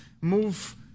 move